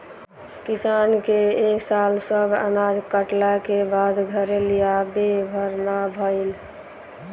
किसान के ए साल सब अनाज कटला के बाद घरे लियावे भर ना भईल